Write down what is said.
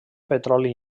petroli